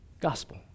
Gospel